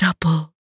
double